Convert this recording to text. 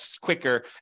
quicker